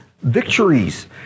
victories